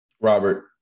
Robert